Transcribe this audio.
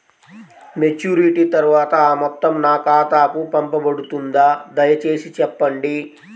Maturity తర్వాత ఆ మొత్తం నా ఖాతాకు పంపబడుతుందా? దయచేసి చెప్పండి?